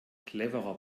cleverer